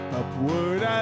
upward